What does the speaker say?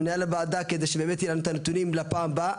למנהל הוועדה כדי שבאמת יהיה לנו את הנתונים לפעם הבאה.